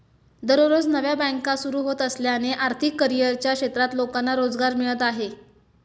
दररोज नव्या बँका सुरू होत असल्याने आर्थिक करिअरच्या क्षेत्रात लोकांना रोजगार मिळत आहे